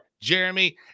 Jeremy